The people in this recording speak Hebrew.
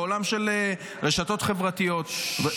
בעולם של רשתות חברתיות.